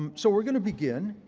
um so we're going to begin,